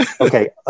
okay